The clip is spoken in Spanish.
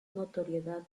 notoriedad